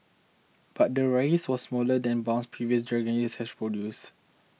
but the rise was smaller than bounce previous Dragon years has produce